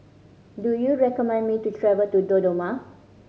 do you recommend me to travel to Dodoma